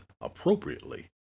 appropriately